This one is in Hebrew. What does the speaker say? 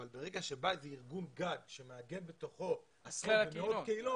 אבל ברגע שבא איזה ארגון גג שמאגד בתוכו עשרות ומאות קהילות,